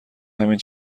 همین